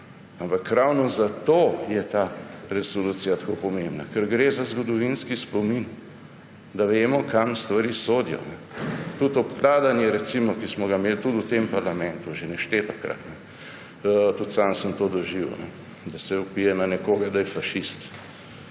Ampak ravno zato je ta resolucija tako pomembna, ker gre za zgodovinski spomin, da vemo, kam stvari sodijo. Tudi recimo obkladanje, ki smo ga imeli tudi v tem parlamentu že neštetokrat, tudi sam sem doživel to, da se vpije na nekoga, da je fašist.